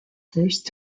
first